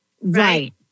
Right